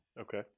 Okay